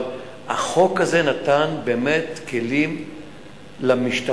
אבל החוק הזה נתן באמת כלים למשטרה,